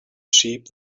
sheep